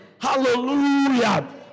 Hallelujah